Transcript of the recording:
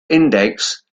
index